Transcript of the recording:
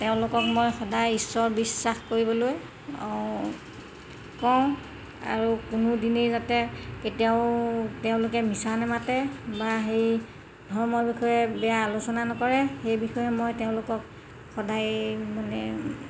তেওঁলোকক মই সদায় ঈশ্বৰ বিশ্বাস কৰিবলৈ কওঁ আৰু কোনোদিনেই যাতে কেতিয়াও তেওঁলোকে মিছা নমাতে বা সেই ধৰ্মৰ বিষয়ে বেয়া আলোচনা নকৰে সেই বিষয়ে মই তেওঁলোকক সদায়েই মানে